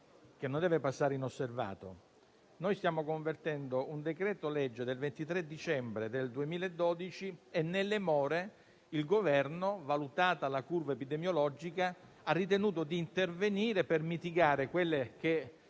che non deve passare inosservato. Stiamo convertendo un decreto-legge del 24 dicembre 2021 e, nelle more, il Governo, valutata la curva epidemiologica, ha ritenuto di intervenire per mitigare quelle che